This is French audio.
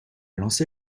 lancé